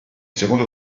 secondo